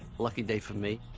lucky day for me.